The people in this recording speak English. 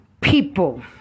people